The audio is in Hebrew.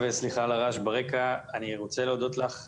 אני רוצה להודות לך,